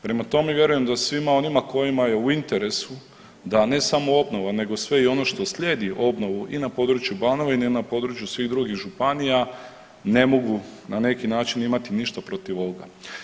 Prema tome, vjerujem da svima onima kojima je u interesu da ne samo obnova nego sve i ono što slijedi obnovu i na području Banovine i na području svih drugih županija ne mogu na neki način imati ništa protiv ovoga.